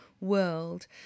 world